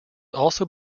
also